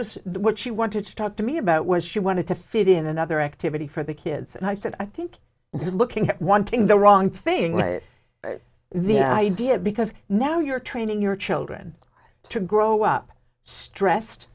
was what she wanted to talk to me about was she wanted to fit in another activity for the kids and i said i think looking at one thing the wrong thing was the idea because now you're training your children to grow up stressed